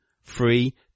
free